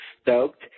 stoked